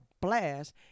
blast